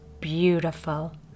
beautiful